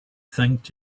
thanked